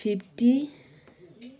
fifty